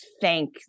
thank